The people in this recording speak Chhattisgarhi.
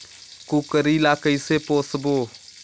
कूकरी ला कइसे पोसबो?